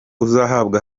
uzahabwa